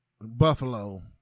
Buffalo